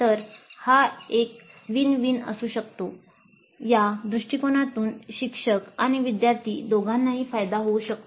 तर हा एक विन विन असू शकतो या दृष्टीकोनातून शिक्षक आणि विद्यार्थी दोघांनाही फायदा होऊ शकतो